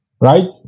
right